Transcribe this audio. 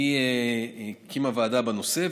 שהקימה ועדה בנושא,